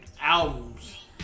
albums